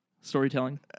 Storytelling